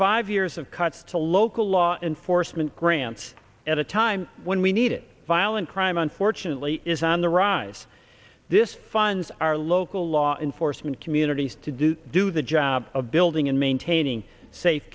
five years of cuts to local law enforcement grants at a time when we need it violent crime unfortunately is on the rise this funds our local law enforcement communities to do to do the job of building and maintaining safe